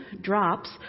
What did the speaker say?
drops